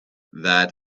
that